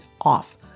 off